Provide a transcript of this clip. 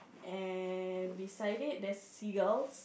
and beside it there's seagulls